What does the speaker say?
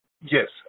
Yes